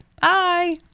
bye